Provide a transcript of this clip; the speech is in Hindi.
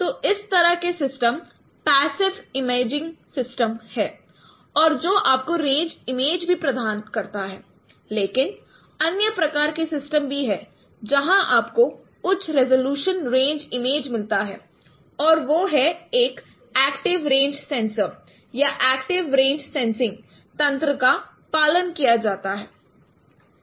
तो इस तरह के सिस्टम पेसिव इमेजिंग सिस्टम है और जो आपको रेंज इमेज भी प्रदान करता है लेकिन अन्य प्रकार के सिस्टम भी हैं जहां आपको उच्च रिज़ॉल्यूशन रेंज इमेज मिलता है और वो है एक एक्टिव रेंज सेंसर या एक्टिव रेंज सेंसिंग तंत्र का पालन किया जाता है